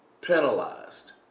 penalized